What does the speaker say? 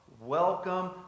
Welcome